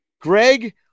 Greg